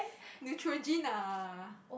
Neutrogena